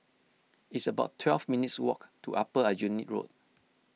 it's about twelve minutes' walk to Upper Aljunied Road